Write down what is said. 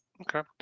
Okay